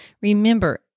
Remember